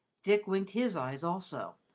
dick winked his eyes also,